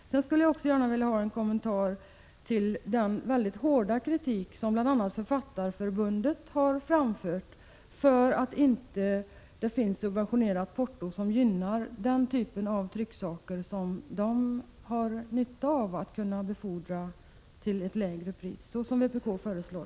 Jag vill också gärna få en kommentar till den hårda kritik som bl.a. Författarförbundet har framfört mot att det inte finns ett subventionerat porto som gynnar den typ av trycksaker som de har nytta av att kunna befordra till ett lägre pris. Ett sådant är vad vpk föreslår.